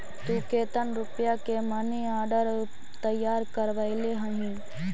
तु केतन रुपया के मनी आर्डर तैयार करवैले हहिं?